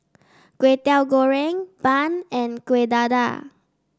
Kway Teow Goreng Bun and Kueh Dadar